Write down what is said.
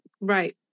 Right